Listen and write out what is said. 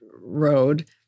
road